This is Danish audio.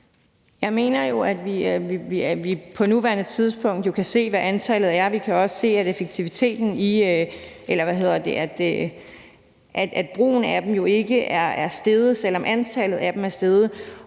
Jeg mener jo, at vi på nuværende tidspunkt kan se, hvad antallet er. Vi kan også se, at brugen af dem ikke er steget, selv om antallet af dem er steget.